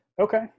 Okay